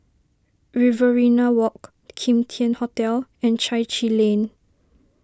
Riverina Walk Kim Tian Hotel and Chai Chee Lane